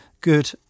good